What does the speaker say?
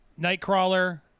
Nightcrawler